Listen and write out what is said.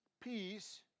Peace